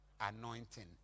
anointing